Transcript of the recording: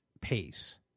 pace